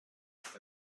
there